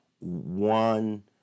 one